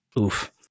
oof